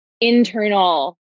internal